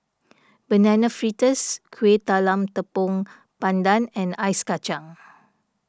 Banana Fritters Kueh Talam Tepong Pandan and Ice Kacang